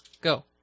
Go